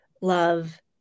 love